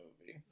movie